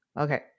okay